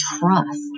trust